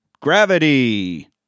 gravity